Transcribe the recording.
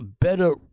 better